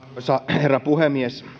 herra puhemies